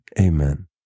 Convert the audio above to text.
Amen